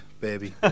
Baby